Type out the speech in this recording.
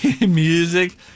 music